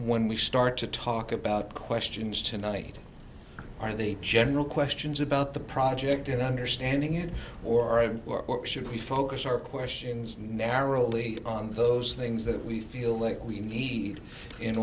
when we start to talk about questions tonight are the general questions about the project in understanding it or at work what should we focus our questions narrowly on those things that we feel like we need in